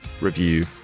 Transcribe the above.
review